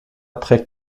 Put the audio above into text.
très